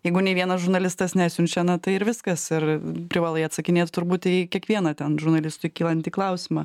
jeigu nei vienas žurnalistas neatsiunčia na tai ir viskas ir privalai atsakinėt turbūt į kiekvieną ten žurnalistui kylantį klausimą